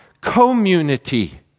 community